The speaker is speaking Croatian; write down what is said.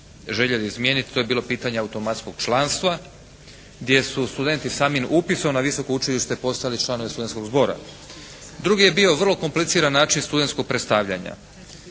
željeli izmijeniti, to je bilo pitanje automatskog članstva, gdje su studenti samim upisom na visoko učilište postali članovi Studentskog zbora. Drugi je bio vrlo kompliciran način studentskog predstavljanja.